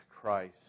Christ